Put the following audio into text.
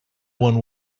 one